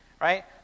right